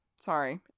sorry